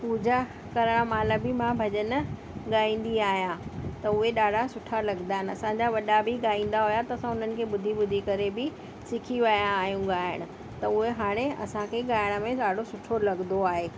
पूजा करण माल्हि बि मां भॼन गाईंदी आहियां त उहे ॾाढा सुठा लॻदा आहिनि असांजा वॾा बि गाईंदा हुया त उन्हनि खे ॿुधी ॿुधी करे बि सिखी विया आहियूं गाइण त उहे हाणे असांखे गाइण में ॾाढो सुठो लॻदो आहे